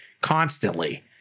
constantly